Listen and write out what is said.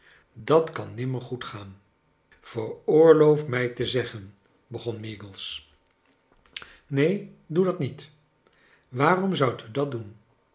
dat kan nimmer goed gaan veroorloof mij te zeggen begon meagles neen doe dat niet waarom zoudt u dat doen